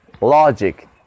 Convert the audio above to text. logic